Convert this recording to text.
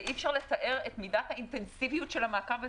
ואי אפשר לתאר את מידת האינטנסיביות של המעקב הזה.